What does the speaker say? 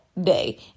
day